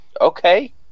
Okay